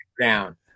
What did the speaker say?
down